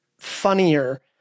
funnier